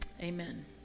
amen